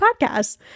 Podcasts